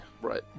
right